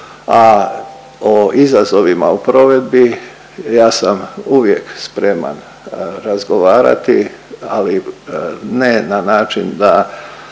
a o izazovima u provedbi ja sam uvijek spreman razgovarati, ali ne na način da